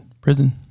prison